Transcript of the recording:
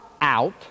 out